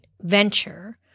venture